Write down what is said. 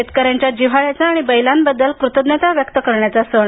शेतकऱ्यांच्या जिव्हाळ्याचा आणि बैलांबद्दल कृतज्ञता व्यक्त करण्याचा सण